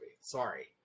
Sorry